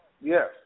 Yes